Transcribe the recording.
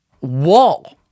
wall